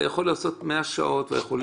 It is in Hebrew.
מאה שעות ותגיע